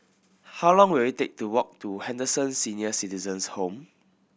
how long will it take to walk to Henderson Senior Citizens' Home